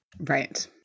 Right